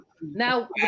now